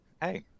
hey